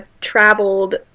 traveled